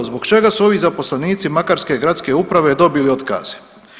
Zbog čega su ovi zaposlenici makarske gradske uprave dobili otkaz?